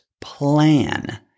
plan